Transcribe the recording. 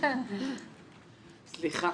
סליחה.